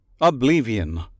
Oblivion